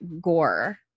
gore